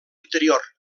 interior